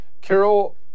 Carol